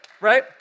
right